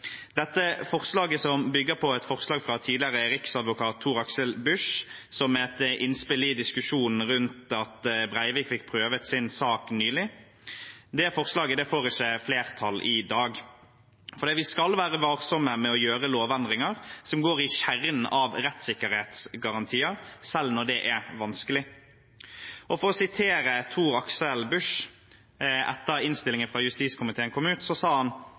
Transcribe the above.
Dette forslaget, som bygger på et forslag fra tidligere riksadvokat Tor-Aksel Busch som et innspill i diskusjonen rundt at Breivik fikk prøvd sin sak nylig, får ikke flertall i dag. Vi skal være varsomme med å gjøre lovendringer som går i kjernen av rettssikkerhetsgarantier, selv når det er vanskelig. For å sitere Tor-Aksel Busch, så sa han etter at innstillingen fra justiskomiteen kom ut: